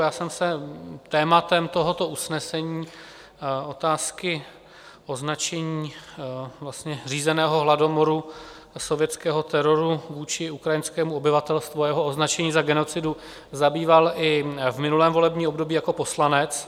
Já jsem se tématem tohoto usnesení, otázky označení řízeného hladomoru sovětského teroru vůči ukrajinskému obyvatelstvu a jeho označení za genocidu, zabýval i v minulém volebním období jako poslanec.